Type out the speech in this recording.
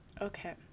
Okay